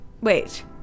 wait